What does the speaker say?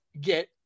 get